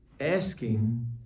asking